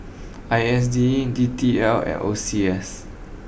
I S D and D T L and O C S